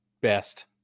best